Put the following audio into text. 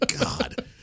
God